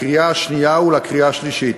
לקריאה השנייה ולקריאה השלישית.